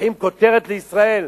לוקחים כותרת, "לישראל",